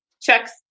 checks